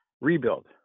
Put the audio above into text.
rebuild